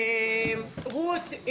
רות,